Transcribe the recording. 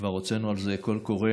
כבר הוצאנו על זה קול קורא.